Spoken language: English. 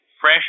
fresh